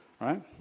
right